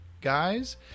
guys